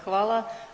Hvala.